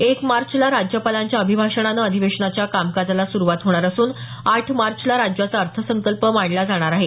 एक मार्चला राज्यपालांच्या अभिभाषणानं अधिवेशनाच्या कामकाजाला सुरूवात होणार असून आठ मार्चला राज्याचा अर्थसंकल्प मांडला जाणार आहे